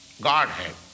Godhead